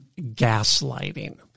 gaslighting